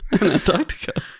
Antarctica